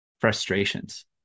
frustrations